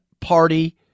party